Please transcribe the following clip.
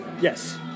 Yes